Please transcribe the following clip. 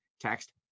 Text